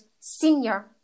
senior